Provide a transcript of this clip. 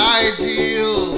ideal